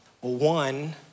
one